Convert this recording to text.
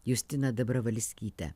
justiną dobravalskytę